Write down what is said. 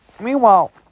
meanwhile